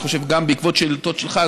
אני חושב שגם בעקבות שאילתות שלך,